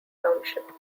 township